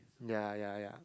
ya ya ya